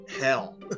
hell